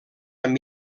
amb